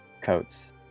coats